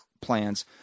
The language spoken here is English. plans